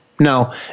No